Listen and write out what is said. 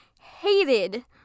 hated